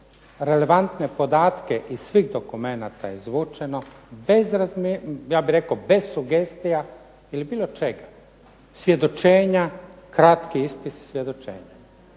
relevantne podatke iz svih dokumenata izvučeno, ja bih rekao bez sugestija ili bilo čega, svjedočenja, kratki ispis svjedočenja.